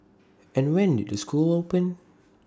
and when did the school open